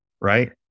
right